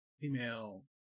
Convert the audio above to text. female